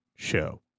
Show